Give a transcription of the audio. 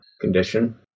condition